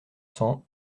cents